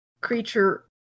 creature